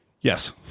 Yes